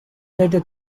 later